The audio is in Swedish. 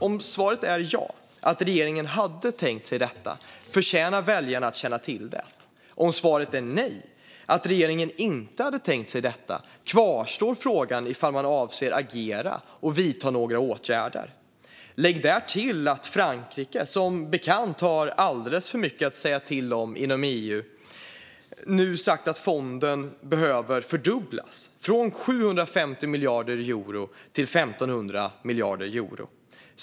Om svaret är ja, att regeringen hade tänkt sig detta, förtjänar väljarna att känna till det. Om svaret är nej, alltså att regeringen inte hade tänkt sig detta, kvarstår frågan om man avser att agera och vidta några åtgärder. Lägg därtill att Frankrike, som bekant har alldeles för mycket att säga till om inom EU, nu sagt att fonden skulle behöva fördubblas från 750 miljarder euro till 1 500 miljarder euro.